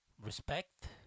respect